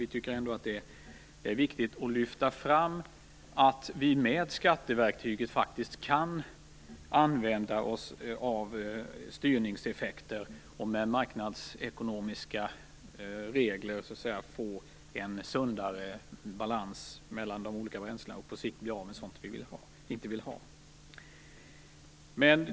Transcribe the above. Vi tycker ändå att det är viktigt att lyfta fram det faktum att vi kan åstadkomma styrningseffekter med skatteverktyget och med hänsynstagande till marknadsekonomiska regler få en sundare balans mellan de olika bränslena för att på sikt bli av med sådant som vi inte vill ha.